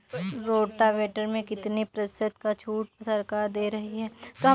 Rotavator में कितनी प्रतिशत का छूट सरकार दे रही है?